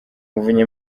muvunyi